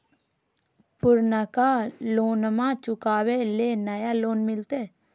पुर्नका लोनमा चुकाबे ले नया लोन मिलते?